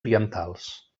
orientals